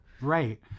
right